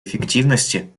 эффективности